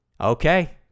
okay